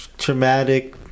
traumatic